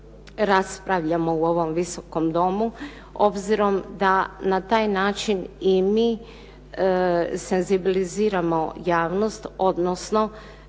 raspravljamo u ovom Visokom domu obzirom da na taj način i mi senzibiliziramo javnost, odnosno